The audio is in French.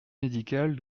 médical